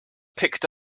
picked